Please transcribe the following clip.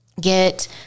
get